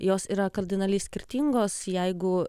jos yra kardinaliai skirtingos jeigu